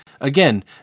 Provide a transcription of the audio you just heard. again